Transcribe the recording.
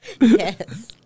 Yes